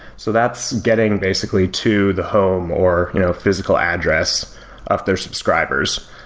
so that's getting basically to the home, or you know physical address of their subscribers.